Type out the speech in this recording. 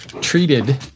treated